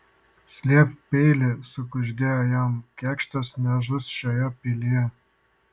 slėpk peilį sukuždėjo jam kėkštas nežus šioje pilyje